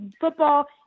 football